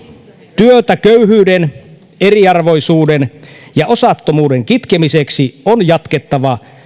työtä köyhyyden eriarvoisuuden ja osattomuuden kitkemiseksi on jatkettava